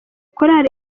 korali